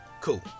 cool